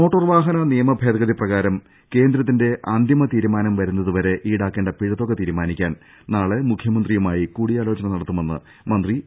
മോട്ടോർവാഹന നിയമ ഭേദഗതി പ്രകാരം കേന്ദ്രത്തിന്റെ അന്തിമ തീരുമാനം വരുന്നതുവരെ ഈടാക്കേണ്ട പിഴത്തുക തീരുമാനിക്കാൻ നാളെ മുഖ്യമന്ത്രിയുമായി കൂടിയാലോചന നടത്തുമെന്ന് മന്ത്രി എ